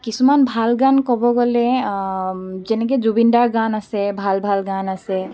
কিছুমান ভাল গান ক'ব গ'লে যেনেকে জুবিনদাৰ গান আছে ভাল ভাল গান আছে